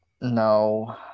No